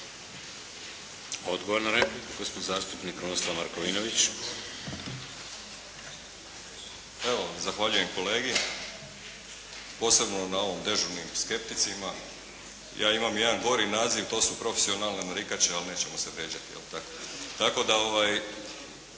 Odgovor na repliku, gospodin zastupnik Krunoslav MarkovinoviĆ. **Markovinović, Krunoslav (HDZ)** Evo, zahvaljujem kolegi, posebno na ovom dežurnim skepticima. Ja imam jedan gori naziv, to su profesionalne narikače, ali nećemo se vrijeđati, jel' tako?